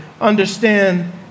Understand